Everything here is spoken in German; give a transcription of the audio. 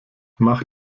mach